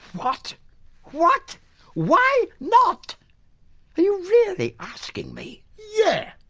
what what why not? are you really asking me? yeah.